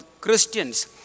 Christians